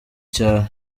cyaro